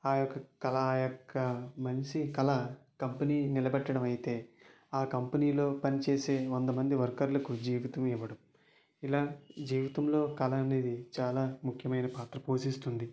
ఆయొక్క కల ఆయొక్క మనిషి కళ కంపెనీ నిలబెట్టడం అయితే ఆ కంపెనీలో పని చేసే వంద మంది వర్కర్లకు జీవితం ఇవ్వడం ఇలా జీవితంలో కల అనేది చాలా ముఖ్యమైన పాత్ర పోషిస్తుంది